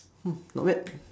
hmm not bad